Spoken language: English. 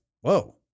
Whoa